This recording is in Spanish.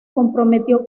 comprometió